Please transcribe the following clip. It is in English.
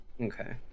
Okay